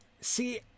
See